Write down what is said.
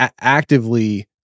actively